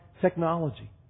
technology